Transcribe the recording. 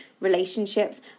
relationships